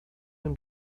him